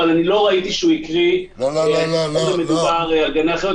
אבל אני לא ראיתי שהוא הקריא --- מדובר על גני החיות.